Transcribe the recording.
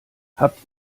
habt